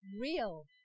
real